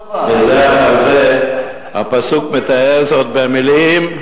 הפסוק מתאר זאת במלים: